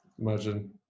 Imagine